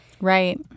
Right